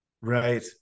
Right